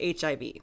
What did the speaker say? HIV